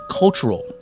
cultural